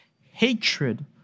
hatred